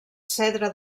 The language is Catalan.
cedre